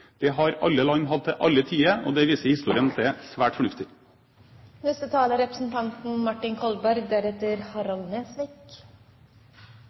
Det har alle land hatt til alle tider, og historien viser at det er svært fornuftig. Det er